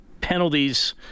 penalties